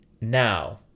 Now